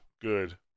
good